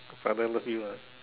father love you ah